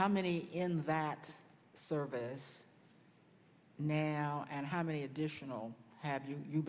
how many in that service now and how many additional have you